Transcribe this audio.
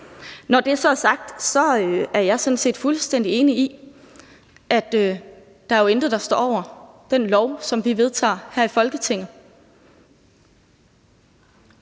Når det så er sagt, er jeg sådan set fuldstændig enig i, at intet jo står over den lov, som vi vedtager her i Folketinget.